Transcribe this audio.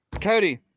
Cody